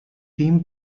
team